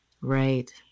Right